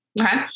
okay